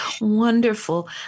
wonderful